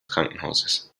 krankenhauses